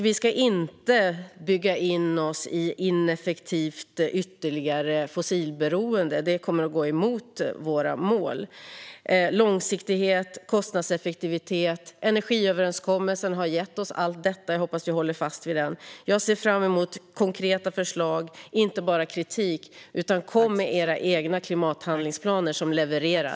Vi ska inte bygga in oss i ineffektivt ytterligare fossilberoende, för det kommer att gå emot våra mål. Energiöverenskommelsen ger oss långsiktighet och kostnadseffektivitet, och jag hoppas att vi håller fast vi den. Jag ser fram emot konkreta förslag, inte bara kritik. Kom med era egna klimathandlingsplaner som levererar!